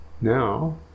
now